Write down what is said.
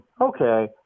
okay